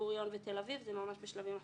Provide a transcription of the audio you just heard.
ועכשיו בן גוריון ותל אביב זה ממש בשלבים אחרונים.